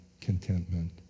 contentment